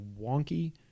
wonky